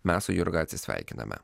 mes su jurga atsisveikiname